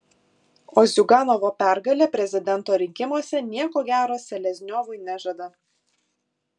o ziuganovo pergalė prezidento rinkimuose nieko gero selezniovui nežada